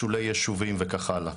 שולי ישובים וכך הלאה,